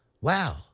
Wow